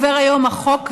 עובר היום החוק,